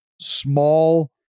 small